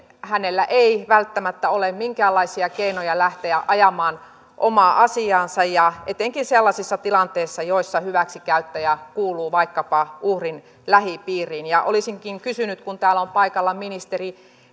hänellä ei välttämättä ole minkäänlaisia keinoja lähteä ajamaan omaa asiaansa etenkään sellaisissa tilanteissa joissa hyväksikäyttäjä kuuluu vaikkapa uhrin lähipiiriin olisinkin kysynyt kun täällä on paikalla ministeri